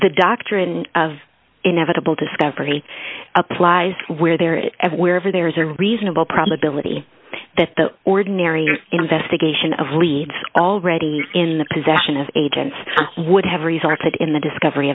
the doctrine of inevitable discovery applies where there is every wherever there's a reasonable probability that the ordinary investigation of leads already in the possession of agents would have resulted in the discovery